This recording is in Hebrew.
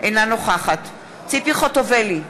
אינה נוכחת ציפי חוטובלי,